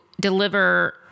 deliver